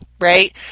right